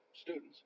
students